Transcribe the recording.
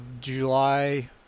July